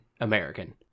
American